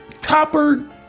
topper